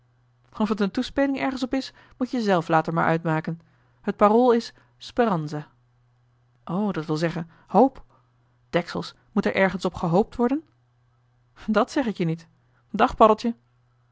het een toespeling ergens op is moet-je zelf later maar uitmaken het parool is speranza o dat wil zeggen hoop deksels moet er ergens op gehoopt worden dat zeg ik je niet dag paddeltje